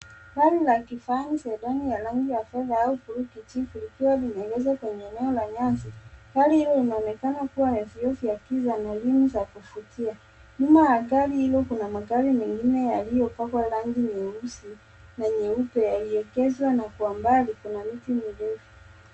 Gari ya kifani sedani ya zamani ya fedha au buluu kijivu likiwa limeegezwa kwenye eneo la nyasi. Gari hilo linaonekana kuwa ya vioo vya giza na rimu za kuvutia. Nyuma ya gari hilo kuna magari mengine yaliyopakwa rangi nyeusi na nyeupe yaliyokezwa na kwa mbali kuna miti mirefu.